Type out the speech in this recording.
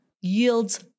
yields